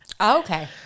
Okay